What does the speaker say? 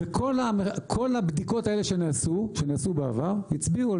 כל הבדיקות האלה שנעשו בעבר הצביעו על